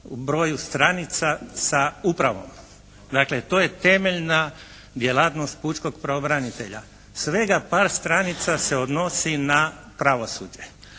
broju stranica sa upravom. Dakle to je temeljna djelatnost pučkog pravobranitelja. Svega par stranica se odnosi na pravosuđe.